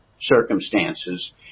circumstances